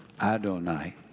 Adonai